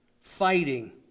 fighting